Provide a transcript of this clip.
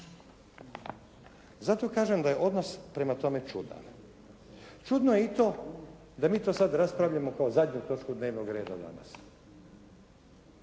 Zato kažem da je odnos prema čudan. Čudno je i to da mi to sada raspravljamo kao zadnju točku dnevnog reda danas